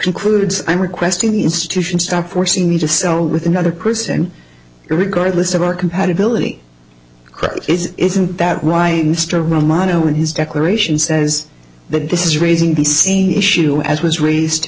concludes i'm requesting institution stop forcing me to sell with another person regardless of our compatibility credit isn't that right mr romano in his declaration says that this is raising the same issue as was raised